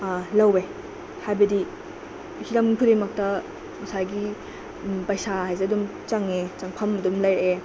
ꯂꯧꯋꯦ ꯍꯥꯏꯕꯗꯤ ꯍꯤꯔꯝ ꯈꯨꯗꯤꯡꯃꯛꯇ ꯉꯁꯥꯏꯒꯤ ꯄꯩꯁꯥ ꯍꯥꯏꯁꯦ ꯑꯗꯨꯝ ꯆꯪꯉꯦ ꯆꯪꯐꯝ ꯑꯗꯨꯝ ꯂꯩꯔꯛꯑꯦ